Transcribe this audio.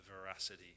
veracity